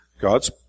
God's